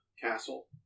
castle